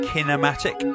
Kinematic